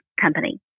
company